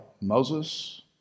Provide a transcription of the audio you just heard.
moses